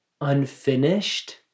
unfinished